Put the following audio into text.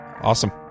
Awesome